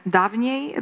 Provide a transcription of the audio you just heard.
dawniej